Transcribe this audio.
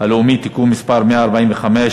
הלאומי (תיקון מס' 145,